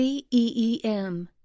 C-E-E-M